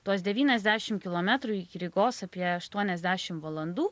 tuos devyniasdešim kilometrų iki rygos apie aštuoniasdešim valandų